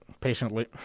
patiently